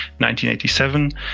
1987